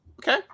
okay